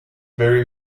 very